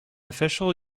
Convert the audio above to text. official